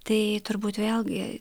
tai turbūt vėlgi